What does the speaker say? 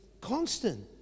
constant